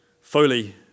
Foley